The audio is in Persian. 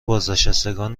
بازنشستگان